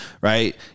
right